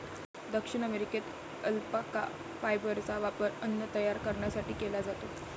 दक्षिण अमेरिकेत अल्पाका फायबरचा वापर अन्न तयार करण्यासाठी केला जातो